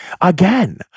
Again